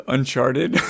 Uncharted